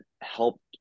helped